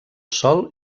sòl